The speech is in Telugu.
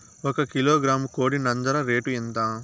ఒక కిలోగ్రాము కోడి నంజర రేటు ఎంత?